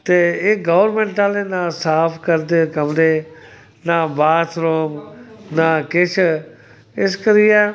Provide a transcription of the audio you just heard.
ते एह् गौरमैंट आह्ले ना साफ करदे कमरे ना बाथरूम ना किश इस करियै